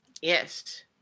Yes